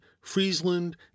Friesland